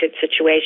situation